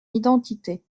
identité